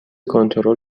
کنترل